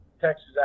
Texas